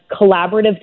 collaborative